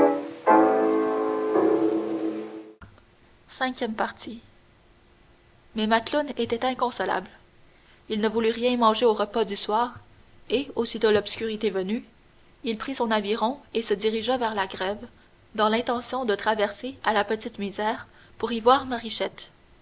mais macloune était inconsolable il ne voulut rien manger au repas du soir et aussitôt l'obscurité venue il prit son aviron et se dirigea vers la grève dans l'intention de traverser à la petite misère pour y voir marichette